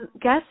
guess